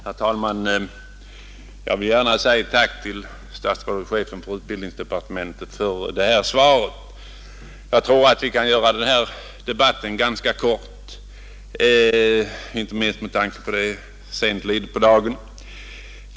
Herr talman! Jag vill gärna säga ett tack till statsrådet och chefen för utbildningsdepartementet för svaret. Jag tror att vi kan göra den här debatten ganska kort, inte minst med tanke på att det är långt lidet på dagen.